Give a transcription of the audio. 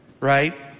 Right